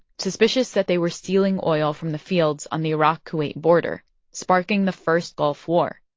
suspicious that they were stealing oil from the fields on the iraq-kuwait border sparking the first gulf war.